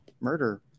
murder